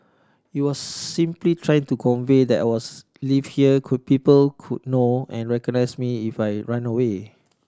you're simply trying to convey that was lived here could people could know and recognise me if I raned away